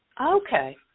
Okay